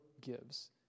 gives